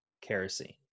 kerosene